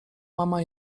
mama